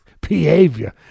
behavior